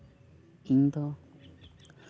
ᱤᱧᱫᱚ